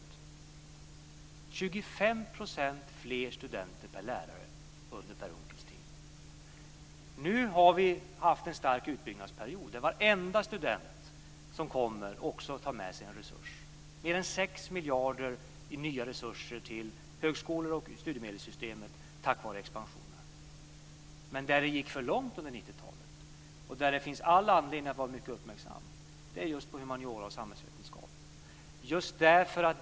Det var 25 % fler studenter per lärare under Per Unckels tid. Nu har vi haft en stark utbyggnadsperiod där varenda student som kommer också tar med sig en resurs. Det har tillkommit mer än sex miljarder i nya resurser till högskolorna och studiemedelssystemet tack vare expansionen. Där det gick för långt under 90-talet, och där det finns all anledning att vara mycket uppmärksam, är just i fråga om humaniora och samhällsvetenskap.